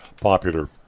popular